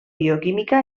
bioquímica